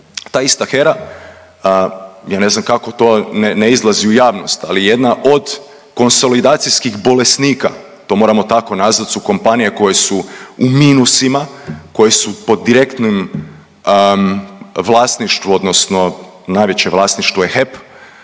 ta ista HERA ja ne znam kako to ne izlazi u javnost, ali jedna od konsolidacijskih bolesnika, to moramo tako nazvati su kompanije koje su u minusima, koje su pod direktnim vlasništvo odnosno najveće vlasništvo je HEP